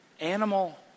animal